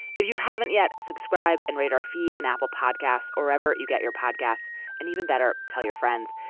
if you haven't yet. subscribe and read our feed an apple podcast wherever you get your podcasts and even better tell your friends.